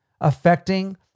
affecting